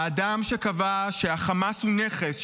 האדם שקבע שהחמאס הוא נכס,